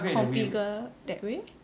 configure that way